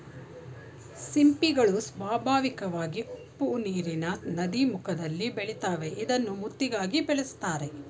ಸಿಂಪಿಗಳು ಸ್ವಾಭಾವಿಕವಾಗಿ ಉಪ್ಪುನೀರಿನ ನದೀಮುಖದಲ್ಲಿ ಬೆಳಿತಾವೆ ಇದ್ನ ಮುತ್ತಿಗಾಗಿ ಬೆಳೆಸ್ತರೆ